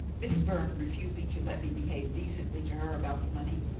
miss byrne refusing to let me behave decently to her about the money.